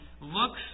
looks